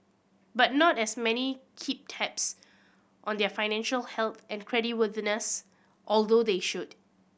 but not as many keep tabs on their financial health and creditworthiness although they should